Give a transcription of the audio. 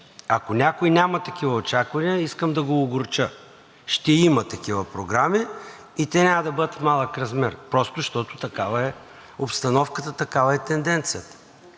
Ако някой няма такива очаквания, искам да го огорча – ще има такива програми и те няма да бъдат в малък размер, защото такава е обстановката, такава е тенденцията,